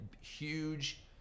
huge